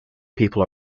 people